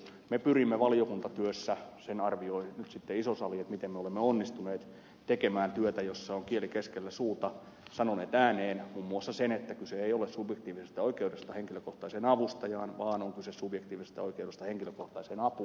me pyrimme valiokuntatyössä sen arvioi nyt sitten iso sali miten me olemme onnistuneet tekemään työtä jossa on kieli keskellä suuta ja sanoneet ääneen muun muassa sen että kyse ei ole subjektiivisesta oikeudesta henkilökohtaiseen avustajaan vaan on kyse subjektiivisesta oikeudesta henkilökohtaiseen apuun